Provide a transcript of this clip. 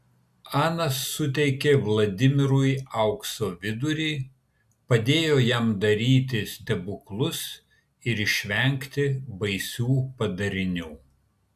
ana suteikė vladimirui aukso vidurį padėjo jam daryti stebuklus ir išvengti baisių padarinių